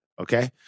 Okay